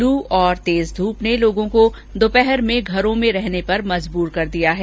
लू और तेज धूप ने लोगों को दोपहर में घरों में रहने पर मजबूर कर दिया है